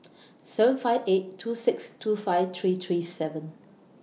seven five eight two six two five three three seven